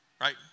Right